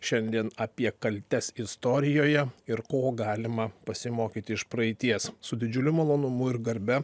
šiandien apie kaltes istorijoje ir ko galima pasimokyti iš praeities su didžiuliu malonumu ir garbe